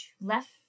left